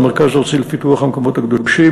המרכז הארצי לפיתוח המקומות הקדושים,